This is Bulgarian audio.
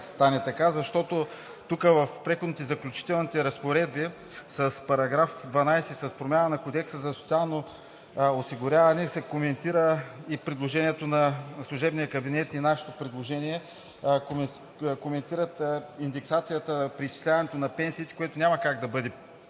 стане така. Тук в Преходните и заключителните разпоредби с § 12 с промяна на Кодекса за социално осигуряване се коментира и предложението на служебния кабинет и нашето предложение – индексацията, преизчисляването на пенсиите, което няма как да бъде